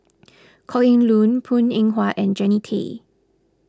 Kok Heng Leun Png Eng Huat and Jannie Tay